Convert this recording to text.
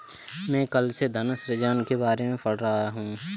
मैं कल से धन सृजन के बारे में पढ़ रहा हूँ